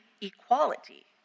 equality